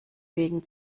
wegen